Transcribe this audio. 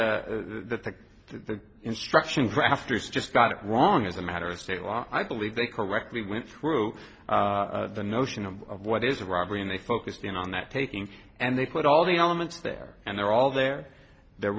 that the the instruction drafters just got it wrong as a matter of state law i believe they correctly went through the notion of what is a robbery and they focused in on that taking and they put all the elements there and they're all there they're